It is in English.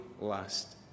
last